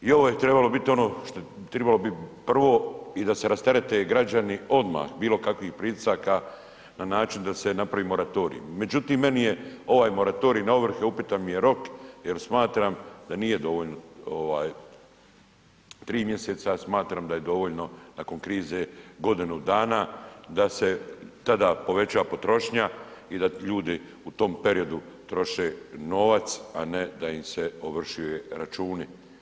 I ovo je trebalo biti ono što je trebalo biti prvo i da se rasterete građani odmah bilokakvih pritisaka na način da se napravi moratorij međutim meni je ovaj moratorij na ovrhe upitan mi je rok jer smatram da nije dovoljno 3 mj., smatram da je dovoljno nakon krize godinu dana da se tada poveća potrošnja i da ljudi u tom periodu troše novac a ne da im se ovršuje računi.